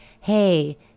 hey